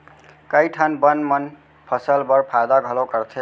कई ठन बन मन फसल बर फायदा घलौ करथे